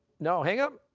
no, hingham?